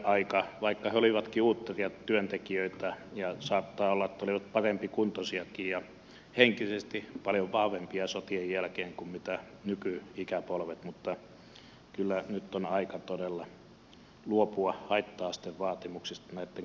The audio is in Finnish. vaikka he olivatkin uutteria työntekijöitä ja saattaa olla että olivat parempikuntoisiakin ja henkisesti paljon vahvempia sotien jälkeen kuin nykyikäpolvet niin kyllä nyt on todella aika luopua haitta astevaatimuksesta näitten kuntoutusrahojen kohdalla